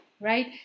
right